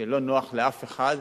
שלא נוח לאף אחד,